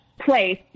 place